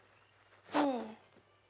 mm